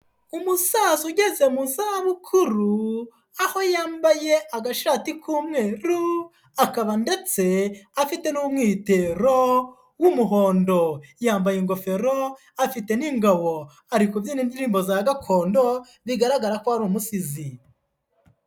Umusaza ugeze mu zabukuru, aho yambaye agashati k'umweru, akaba ndetse afite n'umwitero w'umuhondo, yambaye ingofero, afite n'ingabo, ari kubyina indirimbo za gakondo, bigaragara ko ari umusizi.